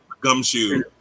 gumshoe